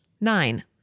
nine